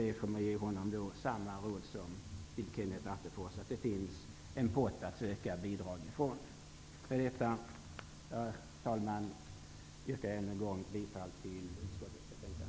Jag får ge honom samma råd som till Kenneth Attefors, att det finns en pott att söka bidrag från. Med detta, herr talman, yrkar jag än en gång bifall till utskottets hemställan.